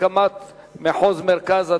הקמת מחוז מרכז),